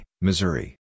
Missouri